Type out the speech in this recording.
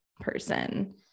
person